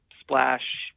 splash